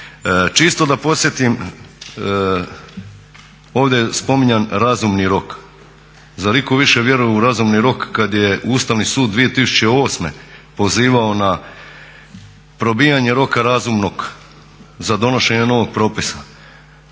Čisto da podsjetim, ovdje je spominjan razumni rok. Zar itko više vjeruje u razumni rok kad je Ustavni sud 2008. pozivao na probijanje roka razumnog za donošenje novog propisa,